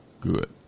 good